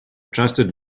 trusted